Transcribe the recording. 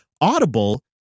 audible